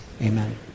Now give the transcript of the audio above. Amen